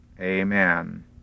Amen